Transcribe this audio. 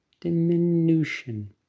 Diminution